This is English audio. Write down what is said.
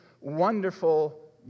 wonderful